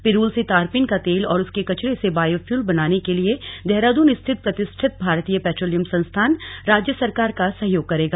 पिरूल से तारपीन का तेल और उसके कचरे से बायोफ्युल बनाने के लिये देहरादन स्थित प्रतिष्ठित भारतीय पेट्रोलियम संस्थान राज्य सरकार का सहयोग करेगा